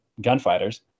gunfighters